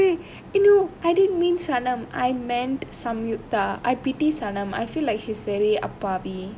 eh wai~ wai~ eh no I didn't mean sanam I meant samyuktha I pity sanam I feel like he's very அப்பாவி:appaavi